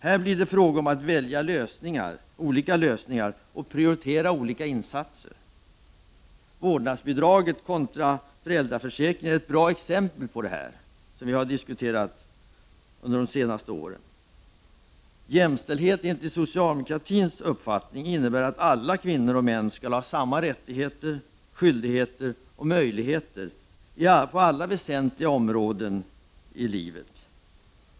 Här blir det fråga om att välja olika lösningar och prioritera olika insatser. Vårdnadsbidrag kontra föräldraförsäkring är ett bra exempel på detta. Jämställdhet enligt socialdemokratisk uppfattning innebär att alla kvinnor och män skall ha samma rättigheter, skyldigheter och möjligheter på alla väsentliga områden i livet.